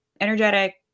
energetic